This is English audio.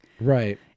Right